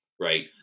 right